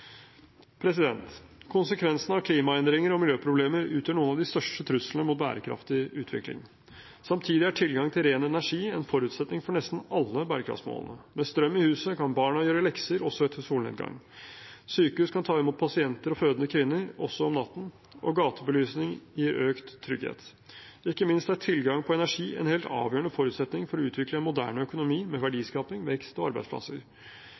Konsekvensene av klimaendringer og miljøproblemer utgjør noen av de største truslene mot bærekraftig utvikling. Samtidig er tilgang til ren energi en forutsetning for nesten alle bærekraftsmålene. Med strøm i huset kan barna gjøre lekser også etter solnedgang, sykehus kan ta imot pasienter og fødende kvinner – også om natten – og gatebelysning gir økt trygghet. Ikke minst er tilgang på energi en helt avgjørende forutsetning for å utvikle en moderne økonomi med verdiskaping, vekst og arbeidsplasser.